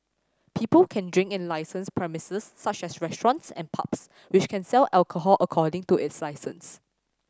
people can drink in licensed premises such as restaurants and pubs which can sell alcohol according to its licence